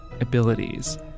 abilities